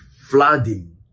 flooding